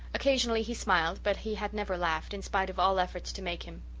occasionally he smiled but he had never laughed, in spite of all efforts to make him.